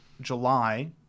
July